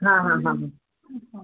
हा हा हा